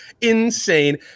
insane